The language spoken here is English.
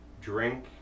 drink